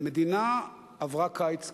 המדינה עברה קיץ קשה,